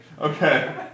Okay